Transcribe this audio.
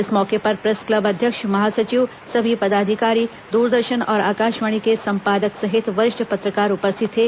इस मौके पर प्रेस क्लेब अध्यक्ष महासचिव सभी पदाधिकारी द्रदर्शन और आकाशवाणी के संपादक सहित वरिष्ठ पत्रकार उपस्थित थे